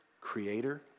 creator